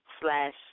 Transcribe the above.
slash